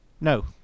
No